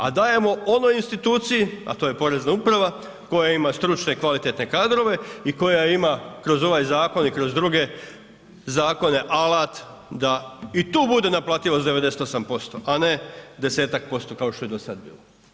A dajemo onoj instituciji, a to je Porezna uprava koja ima stručne i kvalitetne kadrove i koja ima kroz ovaj zakon i kroz druge zakone alat da i tu bude naplativost 98%, a ne 10% kao što je do sada bilo.